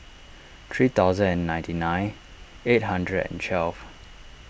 three thousand and ninety nine eight hundred and twelve